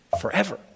forever